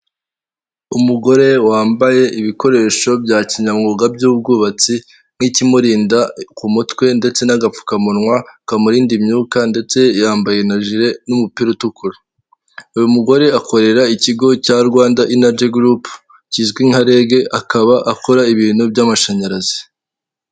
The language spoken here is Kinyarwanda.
Imodoka y'ikamyo dayihatso isa nk'ijyanye ibicuruzwa, inyuma hari moto n'indi modoka ya toyota biyikurikiye gusa harimo umwanya uhagije.